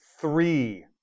three